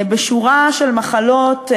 בשורה של מחלות,